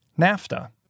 NAFTA